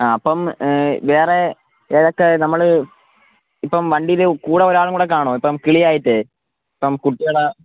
ആ അപ്പം വേറെ ഏതൊക്കെ നമ്മൾ ഇപ്പം വണ്ടീൽ കൂടെ ഒരാളും കൂടെ കാണുവോ ഇപ്പം കിളിയായിട്ടേ ഇപ്പം കുട്ടികളെ